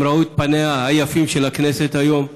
הם ראו את פניה היפים של הכנסת, היום,